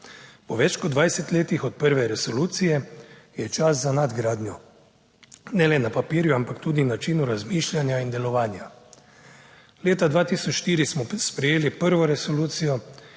Po več kot 20. letih od prve resolucije, je čas za nadgradnjo, ne le na papirju, ampak tudi v načinu razmišljanja in delovanja. Leta 2004 smo sprejeli prvo resolucijo,